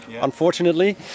unfortunately